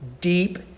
deep